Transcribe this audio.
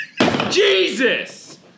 Jesus